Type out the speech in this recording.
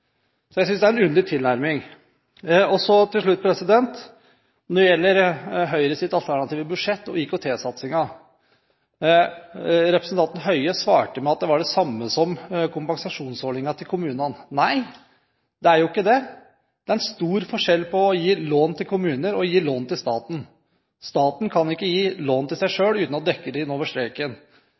jeg ikke. Jeg synes det er en underlig tilnærming. Til slutt, når det gjelder Høyres alternative budsjett og IKT-satsingen: Representanten Høie svarte med at det var det samme som kompensasjonsordningen til kommunene. Nei, det er ikke det. Det er stor forskjell på å gi lån til kommuner og å gi lån til staten. Staten kan ikke gi lån til seg selv uten å dekke det inn over streken.